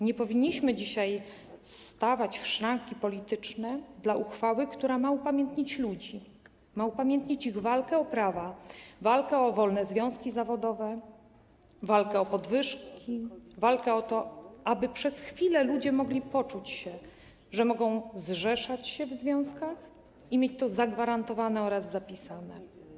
Nie powinniśmy dzisiaj stawać w szranki polityczne w przypadku uchwały, która ma upamiętnić ludzi, ma upamiętnić ich walkę o prawa, walkę o wolne związki zawodowe, walkę o podwyżki, walkę o to, aby przez chwilę ludzie mogli poczuć się, że mogą zrzeszać się w związkach, mieć to zagwarantowane oraz zapisane.